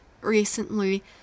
recently